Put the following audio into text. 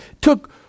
took